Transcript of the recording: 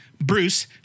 Bruce